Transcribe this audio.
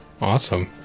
Awesome